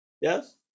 yes